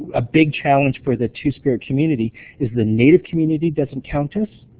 a big challenge for the two-spirit community is the native community doesn't count us,